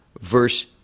Verse